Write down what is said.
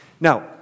Now